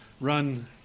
run